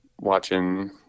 watching